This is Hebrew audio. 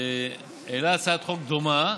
העלה הצעת חוק דומה,